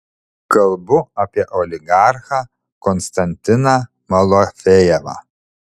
kalbu apie oligarchą konstantiną malofejevą